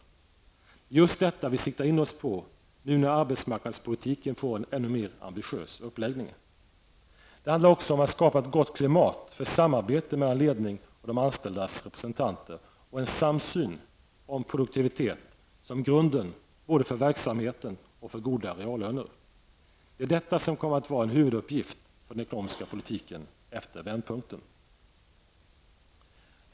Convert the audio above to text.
Det är just detta vi nu siktar in oss på när arbetsmarknadspolitiken nu får en ännu mer ambitiös uppläggning. Det handlar också om att skapa ett gott klimat för samarbete mellan ledning och de anställdas representanter och en samsyn om produktivitet som grunden både för verksamheten och för goda reallöner. Det är detta som kommer att vara en huvuduppgift för den ekonomiska politiken -- efter vändpunkten.